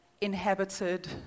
inhabited